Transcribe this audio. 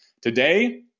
Today